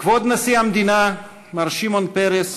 כבוד נשיא המדינה מר שמעון פרס,